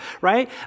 right